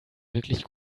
wirklich